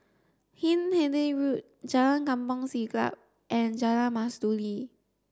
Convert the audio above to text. Hindhede Road Jalan Kampong Siglap and Jalan Mastuli